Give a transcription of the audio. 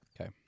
Okay